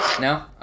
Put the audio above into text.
No